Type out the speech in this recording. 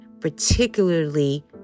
particularly